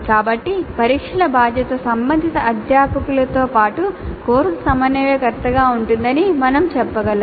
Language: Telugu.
కాబట్టి పరీక్షల బాధ్యత సంబంధిత అధ్యాపకులతో పాటు కోర్సు సమన్వయకర్తగా ఉంటుందని మేము చెప్పగలం